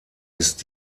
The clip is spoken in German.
ist